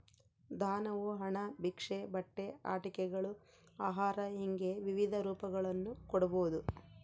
ದಾನವು ಹಣ ಭಿಕ್ಷೆ ಬಟ್ಟೆ ಆಟಿಕೆಗಳು ಆಹಾರ ಹಿಂಗೆ ವಿವಿಧ ರೂಪಗಳನ್ನು ಕೊಡ್ಬೋದು